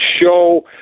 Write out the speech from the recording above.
show